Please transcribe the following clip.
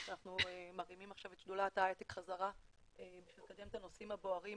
אנחנו מרימים עכשיו את שדולת ההייטק חזרה בשביל לקדם את הנושאים הבוערים